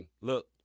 Look